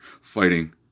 fighting